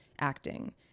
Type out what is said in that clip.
acting